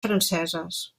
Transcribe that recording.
franceses